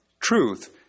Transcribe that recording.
Truth